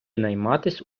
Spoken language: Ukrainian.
найматись